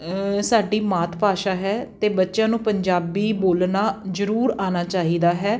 ਸਾਡੀ ਮਾਤ ਭਾਸ਼ਾ ਹੈ ਅਤੇ ਬੱਚਿਆਂ ਨੂੰ ਪੰਜਾਬੀ ਬੋਲਣਾ ਜ਼ਰੂਰ ਆਉਣਾ ਚਾਹੀਦਾ ਹੈ